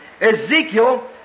Ezekiel